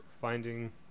finding